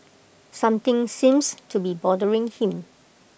something seems to be bothering him